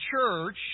church